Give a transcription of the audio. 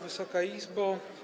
Wysoka Izbo!